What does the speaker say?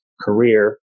career